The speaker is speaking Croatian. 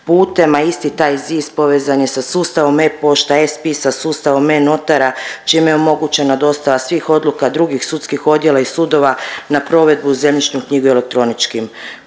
putem, a isti taj ZIS povezan je sa sustavom e-pošta, e-spis, sa sustavom e-notara čime je omogućena dostava svih odluka drugih sudskih odjela i sudova na provedbu u zemljišnu knjigu elektroničkim